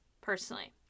personally